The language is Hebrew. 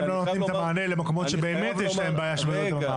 אבל אתם לא נותנים את המענה למקומות שיש בהם בעיה של רעידות אדמה.